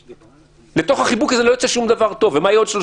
יש סמכות לוועדה להרחיב אותן, ומה יהיה אז?